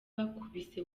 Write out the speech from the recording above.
bakubise